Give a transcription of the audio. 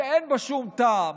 שאין בה שום טעם.